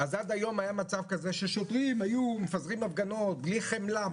אז עד היום היה מצב כזה ששוטרים היו מפזרים הפגנות בלי חמלה,